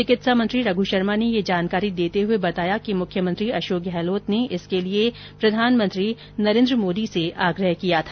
चिकित्सा मंत्री रघु शर्मा ने ये जानकारी देते हुए बताया कि मुख्यमंत्री अशोक गहलोत ने इसके लिए प्रधानमंत्री नरेन्द्र मोदी से आग्रह किया था